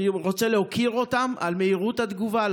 אני רוצה להוקיר אותם על מהירות התגובה,